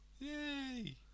Yay